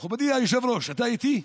מכובדי היושב-ראש, אתה איתי?